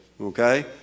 Okay